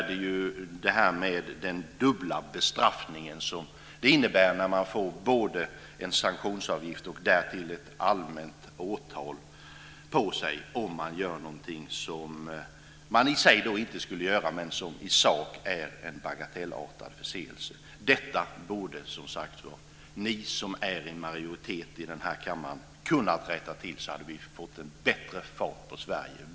Dessutom har vi den dubbla bestraffning som det ju innebär när man får både en sanktionsavgift och allmänt åtal på sig om man gör något som man i och för sig inte skulle göra men som i sak är en bagatellartad förseelse. Detta borde, som sagt, ni i majoriteten i denna kammare ha kunnat rätta till. Då hade vi fått bättre fart på Sverige.